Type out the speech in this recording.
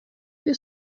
più